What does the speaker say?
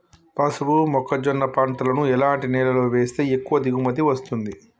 పసుపు మొక్క జొన్న పంటలను ఎలాంటి నేలలో వేస్తే ఎక్కువ దిగుమతి వస్తుంది?